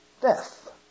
death